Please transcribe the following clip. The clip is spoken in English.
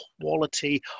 quality